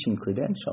credential